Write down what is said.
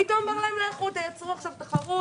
היית אומר להם: תייצרו תחרות,